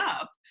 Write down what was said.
up